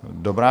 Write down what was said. Dobrá.